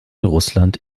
russland